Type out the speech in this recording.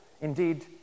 indeed